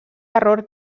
error